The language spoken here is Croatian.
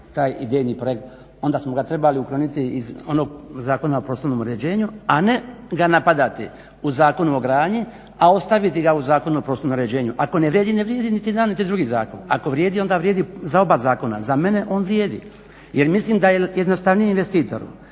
taj idejni projekt onda smo ga trebali ukloniti iz onog Zakona o prostornom uređenju a ne ga napadati u Zakonu o gradnji a ostaviti ga u Zakonu o prostornom uređenju. Ako ne vrijedi, ne vrijedi niti jedan niti drugi zakon. Ako vrijedi onda vrijedi za oba zakona, za mene on vrijedi. Jer mislim da je jednostavnije investitoru.